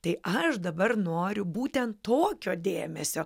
tai aš dabar noriu būtent tokio dėmesio